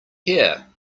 here